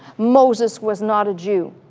moses was not a jew.